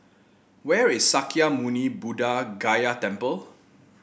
where is Sakya Muni Buddha Gaya Temple